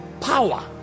power